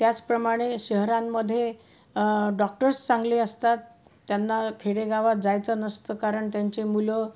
त्याचप्रमाणे शहरांमध्ये डॉक्टर्स चांगले असतात त्यांना खेडेगावात जायचं नसतं कारण त्यांचे मुलं